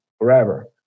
forever